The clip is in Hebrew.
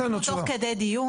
בדקנו תוך כדי,